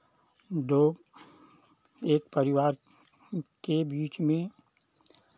दो एक परिवार के बीच में